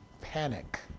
panic